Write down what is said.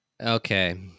Okay